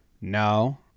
No